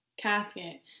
casket